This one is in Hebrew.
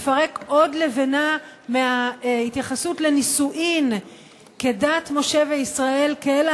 מפרק עוד לבנה מההתייחסות לנישואין כדת משה וישראל כאל